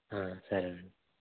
సరేనండి